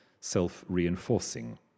self-reinforcing